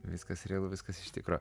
viskas realu viskas iš tikro